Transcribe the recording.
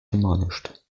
demolished